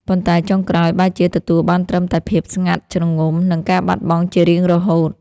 ប៉ុន្តែចុងក្រោយបែរជាទទួលបានត្រឹមតែភាពស្ងាត់ជ្រងំ និងការបាត់បង់ជារៀងរហូត។